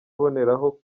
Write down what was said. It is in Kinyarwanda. aboneraho